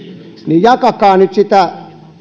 jakakaa nyt